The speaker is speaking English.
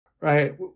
Right